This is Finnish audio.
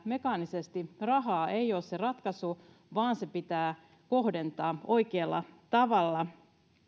mekaanisesti lisää rahaa ei ole ratkaisu vaan raha pitää kohdentaa oikealla tavalla